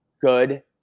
Good